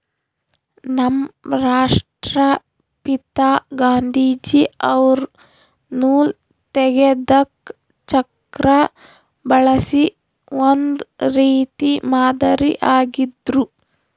ನಮ್ ರಾಷ್ಟ್ರಪಿತಾ ಗಾಂಧೀಜಿ ಅವ್ರು ನೂಲ್ ತೆಗೆದಕ್ ಚಕ್ರಾ ಬಳಸಿ ಒಂದ್ ರೀತಿ ಮಾದರಿ ಆಗಿದ್ರು